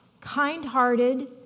kind-hearted